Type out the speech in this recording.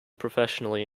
professionally